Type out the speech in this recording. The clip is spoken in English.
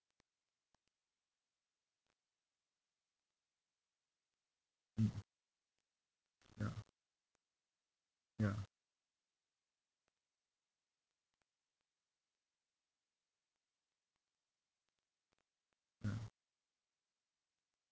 mm ya ya ya